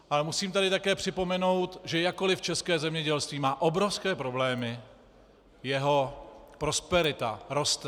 Ale musím tady také připomenout, že jakkoliv české zemědělství má obrovské problémy, jeho prosperita roste.